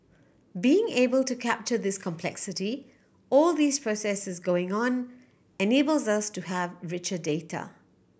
being able to capture this complexity all these processes going on enables us to have richer data